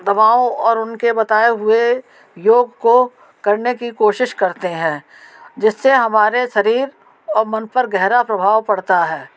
दवाओं और उनके बताए हुए योग को करने की कोशिश करते है जिससे हमारे शरीर और मन पर गहरा प्रभाव पड़ता है